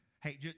Hey